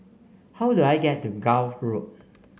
how do I get to Gul Road